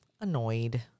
annoyed